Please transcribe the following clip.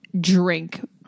drink